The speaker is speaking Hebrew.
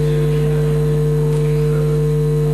שלמה המלך החכם באדם אמר כך בפרק ל"א במשלי: